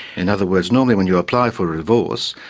in other words, normally when you apply for a divorce,